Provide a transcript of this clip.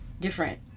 different